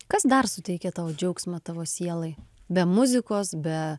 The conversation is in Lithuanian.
kas dar suteikia tau džiaugsmą tavo sielai be muzikos be